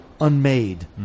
unmade